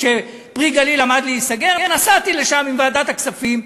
כש"פרי הגליל" עמד להיסגר נסעתי לשם עם ועדת הכספים.